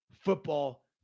football